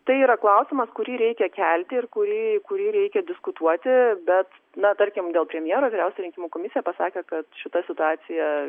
tai yra klausimas kurį reikia kelti ir kurį kurį reikia diskutuoti bet na tarkim dėl premjero vyriausia rinkimų komisija pasakė kad šita situacija